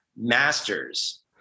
masters